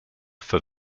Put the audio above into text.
for